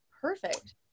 Perfect